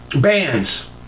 bands